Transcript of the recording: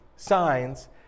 signs